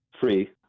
free